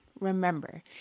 Remember